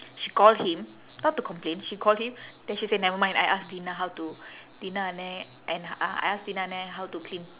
she call him not to complain she call him then she say nevermind I ask dhina how to dhina அண்ணன்:annan and I ask dhina அண்ணன்:annan how to clean